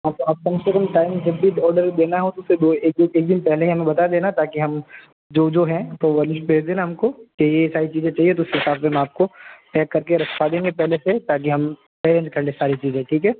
अब अब कम से कम टाइम जब भी आर्डर देना हो तो एक से दो एक दो दिन पहले ही हमें बता देना ताकि हम जो जो हैं वो वो लिस्ट भेज देना हम को कि ये ये सारी चीजें चाहिए तो उसी हिसाब से मैं आप को पैक कर के रखवा देंगे पहले से ताकि हम अरेंज कर लें सारी चीजें ठीक है